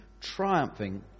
triumphing